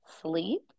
sleep